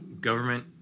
government